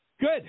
Good